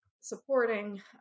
supporting